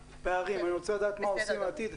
הפערים, אני רוצה לדעת מה עושים לעתיד.